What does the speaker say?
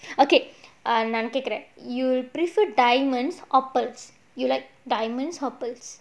okay err நான் கேக்குறேன்:naan kekkuraen correct you prefer diamonds or pearls you like diamonds or pearls